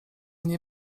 nie